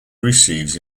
receives